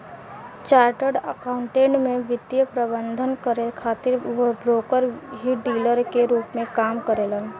chartered accountant में वित्तीय प्रबंधन करे खातिर ब्रोकर ही डीलर के रूप में काम करेलन